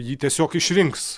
jį tiesiog išrinks